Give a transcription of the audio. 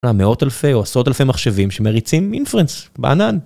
מאות אלפי או עשרות אלפי מחשבים שמריצים inference בענן.